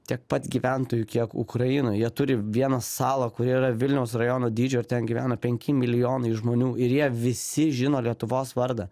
tiek pat gyventojų kiek ukrainoj jie turi vieną salą kuri yra vilniaus rajono dydžio ir ten gyvena penki milijonai žmonių ir jie visi žino lietuvos vardą